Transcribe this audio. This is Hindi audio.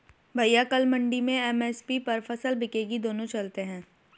भैया कल मंडी में एम.एस.पी पर फसल बिकेगी दोनों चलते हैं